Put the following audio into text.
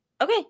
Okay